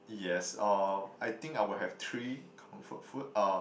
yes uh I think I would have three comfort food uh